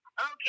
Okay